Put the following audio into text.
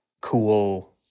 cool